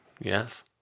Yes